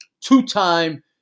Two-time